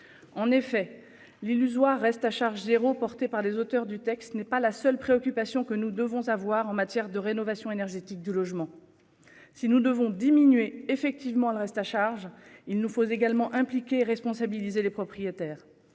En effet, l'illusoire reste à charge zéro porté par les auteurs du texte n'est pas la seule préoccupation, que nous devons avoir en matière de rénovation énergétique du logement. Si nous devons diminuer effectivement le reste à charge. Il nous faut également impliquer, responsabiliser les propriétaires.